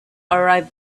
arrive